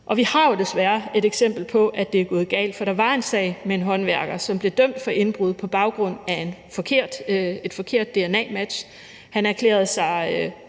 Og vi har jo desværre et eksempel på, at det er gået galt, for der var en sag med en håndværker, som blev dømt for indbrud på baggrund af et forkert dna-match. Han erklærede sig